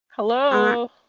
hello